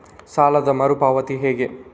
ಸಾಲದ ಮರು ಪಾವತಿ ಹೇಗೆ?